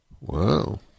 Wow